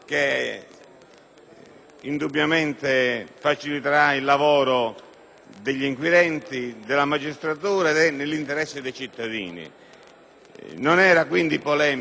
indubbiamente faciliterà il lavoro degli inquirenti e della magistratura nell'interesse cittadini. Non era quindi polemico il mio